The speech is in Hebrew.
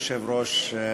מכובדי היושב-ראש,